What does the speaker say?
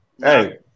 Hey